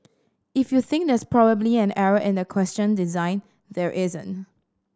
if you think there's probably an error in the question design there isn't